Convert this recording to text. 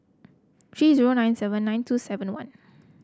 three zero nine seven nine two seven one